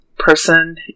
person